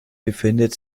befindet